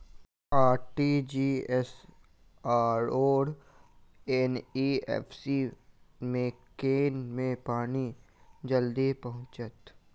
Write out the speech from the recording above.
RTGS आओर NEFT मे केँ मे पानि जल्दी पहुँचत